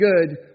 good